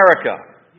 America